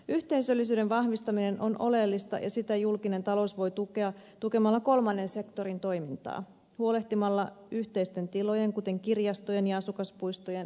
yhteisöllisyyden vahvistaminen on oleellista ja sitä julkinen talous voi tukea tukemalla kolmannen sektorin toimintaa huolehtimalla yhteisten tilojen kuten kirjastojen ja asukaspuistojen saatavuudesta